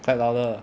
clap louder